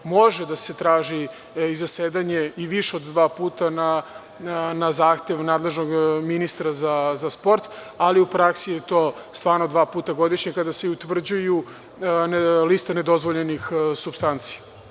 Može da se traži zasedanje i više od dva puta na zahtev nadležnog ministra za sport, ali u praksi je to stvarno dva puta godišnje, kada se utvrđuju liste nedozvoljenih supstanci.